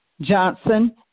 Johnson